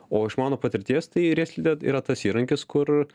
o iš mano patirties tai riedslidė yra tas įrankis kur